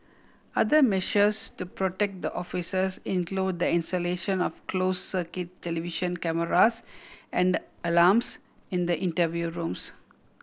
other measures to protect the officers include the installation of closed circuit television cameras and alarms in the interview rooms